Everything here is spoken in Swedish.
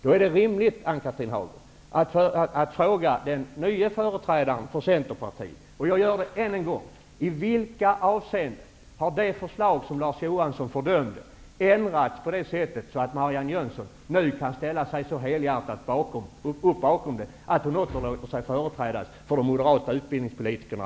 Då är det rimligt, Ann-Cathrine Haglund, att fråga den nya företrädaren för Centerpartiet. Jag gör det än en gång. I vilka avseenden har det förslag som Larz Johansson fördömde ändrats så att Marianne Jönsson nu kan ställa sig så helhjärtat bakom det, att hon låter sig företrädas av de moderata utbildningspolitikerna